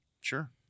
sure